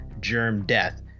GermDeath